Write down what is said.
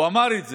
הוא אמר את זה.